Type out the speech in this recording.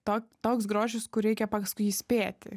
to toks grožis kur reikia paskui jį spėti